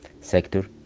sector